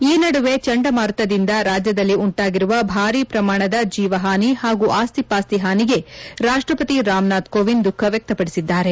ಈ ನಡುವೆ ಚಂಡಮಾರುತದಿಂದ ರಾಜ್ಯದಲ್ಲಿ ಉಂಟಾಗಿರುವ ಭಾರೀ ಪ್ರಮಾಣದ ಜೀವ ಹಾನಿ ಹಾಗೂ ಆಸ್ತಿಪಾಸ್ತಿ ಹಾನಿಗೆ ರಾಷ್ಷಪತಿ ರಾಮನಾಥ್ ಕೋವಿಂದ್ ದುಃಖ ವ್ಯಕ್ಷಪಡಿಸಿದ್ದಾರೆ